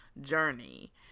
journey